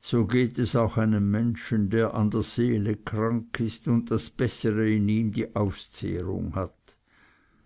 so geht es auch einem menschen der an der seele krank ist und das bessere in ihm die auszehrung hat